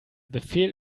befehl